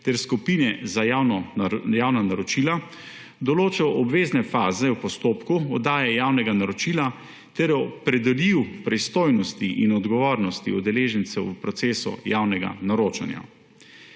ter skupine za javna naročila, določal obvezne faze v postopku oddaje javnega naročila ter opredelil pristojnosti in odgovornosti udeležencev v procesu javnega naročanja.